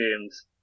games